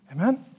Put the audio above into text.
Amen